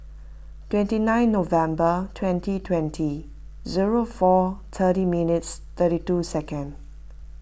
twenty nine November twenty twenty zero four thirty minutes thirty two seconds